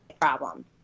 problem